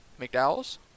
McDowell's